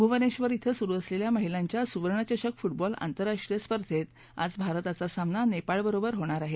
भूवनेश्वर येथे सुरू असलेल्या महिलांच्या सुवर्ण चषक फुटबॉल आंतरराष्ट्रीय स्पधेत आज भारताचा सामना नेपाळ बरोबर होणार आहे